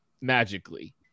magically